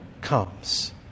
comes